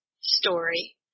story